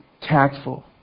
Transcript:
tactful